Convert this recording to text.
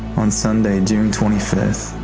on sunday, june twenty fifth,